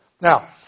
Now